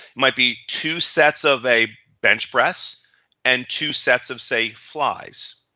might be two sets of a bench press and two sets of say, flies.